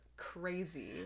crazy